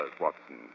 Watson